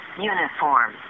uniform